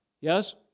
Yes